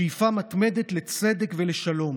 בשאיפה מתמדת לצדק ולשלום.